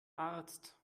arzt